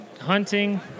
hunting